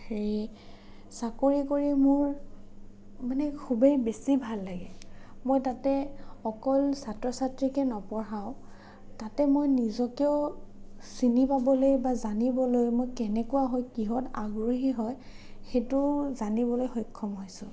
হেৰি চাকৰি কৰি মোৰ মানে খুবেই বেছি ভাল লাগে মই তাতে অকল ছাত্ৰ ছাত্ৰীকে নপঢ়াওঁ তাতে মই নিজকেও চিনি পাবলৈ বা জানিবলৈ মই কেনেকুৱা হয় কিহত আগ্ৰহী হয় সেইটোও জানিবলৈ সক্ষম হৈছোঁ